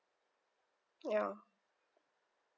ya